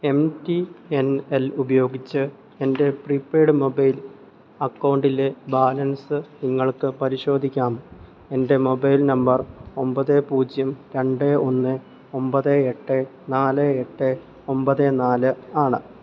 M T N L ഉപയോഗിച്ച് എൻ്റെ prepaid mobile അക്കൗണ്ടിലെ ബാലൻസ് നിങ്ങൾക്ക് പരിശോധിക്കാമോ എൻ്റെ മൊബൈൽ നമ്പർ ഒമ്പത് പൂജ്യം രണ്ട് ഒന്ന് ഒമ്പത് എട്ട് നാല് എട്ട് ഒമ്പത് നാല് ആണ്